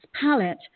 palette